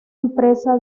empresa